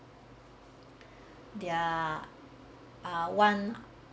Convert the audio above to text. they are ah one